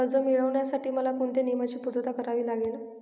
कर्ज मिळविण्यासाठी मला कोणत्या नियमांची पूर्तता करावी लागेल?